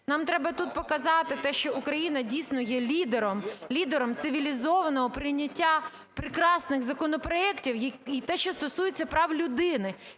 нам треба тут показати те, що Україна, дійсно, є лідером цивілізованого прийняття прекрасних законопроектів, те, що стосується прав людини.